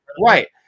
Right